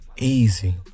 Easy